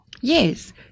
Yes